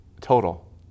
Total